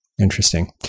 Interesting